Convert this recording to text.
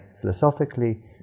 philosophically